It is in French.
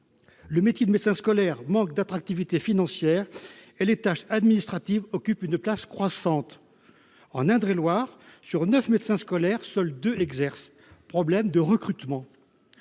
Le métier de médecin scolaire manque d’attractivité financière, et les tâches administratives occupent une place croissante. En Indre et Loire, sur neuf médecins scolaires, seuls deux exercent, ce qui met